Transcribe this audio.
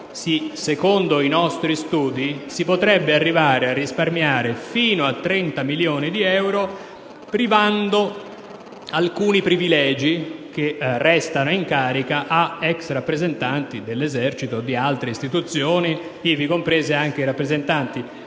Secondo i nostri studi, infatti, si potrebbe arrivare a risparmiare fino a 30 milioni di euro eliminando alcuni privilegi che restano in capo a ex rappresentanti dell'Esercito o di altre istituzioni, ivi compresi i rappresentanti